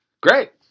Great